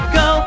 go